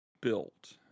built